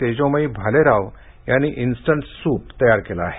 तेजोमयी भालेराव यांनी instant soup तयार केलं आहे